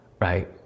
right